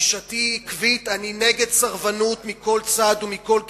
גישתי עקבית, אני נגד סרבנות מכל צד ומכל כיוון.